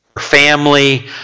family